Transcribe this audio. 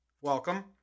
welcome